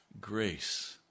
grace